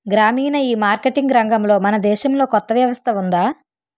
గ్రామీణ ఈమార్కెటింగ్ రంగంలో మన దేశంలో కొత్త వ్యవస్థ ఉందా?